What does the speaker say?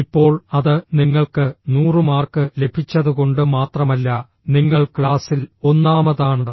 ഇപ്പോൾ അത് നിങ്ങൾക്ക് 100 മാർക്ക് ലഭിച്ചതുകൊണ്ട് മാത്രമല്ല നിങ്ങൾ ക്ലാസിൽ ഒന്നാമതാണ്